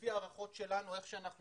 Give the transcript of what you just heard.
לפי הערכות שלנו, איך שאנחנו